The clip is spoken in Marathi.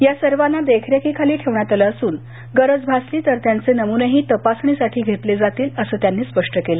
या सर्वांना देखरेखीखाली ठेवण्यात आलं असून गरज भासली तर त्यांचे नमुनेही तपासणीसाठी घेतले जातील असं त्यांनी स्पष्ट केलं